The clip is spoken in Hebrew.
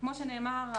כפי שנאמר,